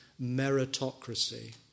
meritocracy